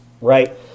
right